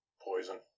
Poison